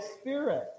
Spirit